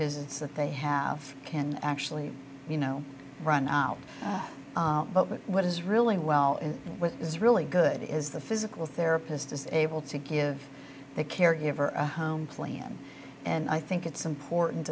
visits that they have can actually you know run out but what is really well in what is really good is the physical therapist is able to give the caregiver a home plan and i think it's important